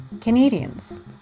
Canadians